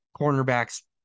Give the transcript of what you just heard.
cornerback's